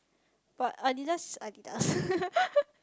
but Adidas Adidas